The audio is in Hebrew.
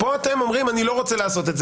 פה את אומרים: אנו לא רוצים לעשות את זה